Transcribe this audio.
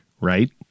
Right